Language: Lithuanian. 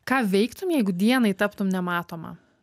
ką veiktum jeigu dienai taptum nematoma